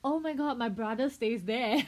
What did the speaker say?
oh my god my brother stays there